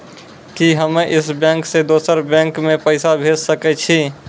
कि हम्मे इस बैंक सें दोसर बैंक मे पैसा भेज सकै छी?